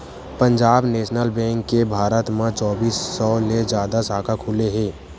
Punjab national bank के भारत म चौबींस सौ ले जादा साखा खुले हे